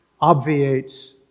obviates